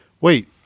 wait